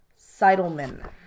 Seidelman